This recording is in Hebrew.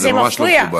זה ממש לא מכובד.